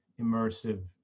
immersive